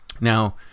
Now